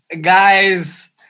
Guys